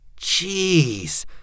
Jeez